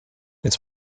its